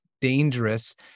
dangerous